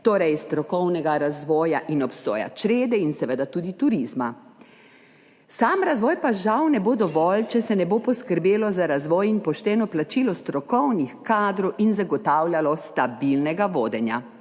torej strokovnega razvoja in obstoja črede in seveda tudi turizma. Sam razvoj pa žal ne bo dovolj, če se ne bo poskrbelo za razvoj in pošteno plačilo strokovnih kadrov in zagotavljalo stabilnega vodenja.